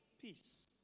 peace